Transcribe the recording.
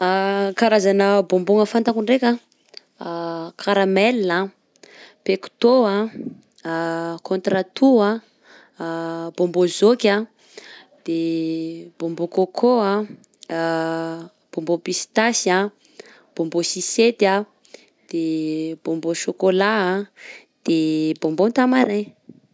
Karazana bonbon-gna fantako ndraiky a: karamel, pektô, contre toux, bonbon jôk a, de bonbon coco, bonbon pistasy, bonbon sucette a, de bonbon chocolat, de bonbon tamarin.